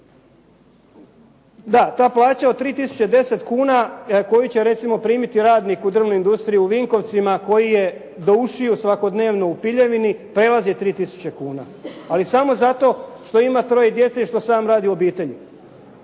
Da, ta plaća od 3 tisuće i deset kuna koju će primiti radnik u drvnoj industriji u Vinkovcima koji se gušio svakodnevno u piljevini, prelazi 3 tisuće kuna. Ali samo zato što ima troje djece i što sam radi u obitelji.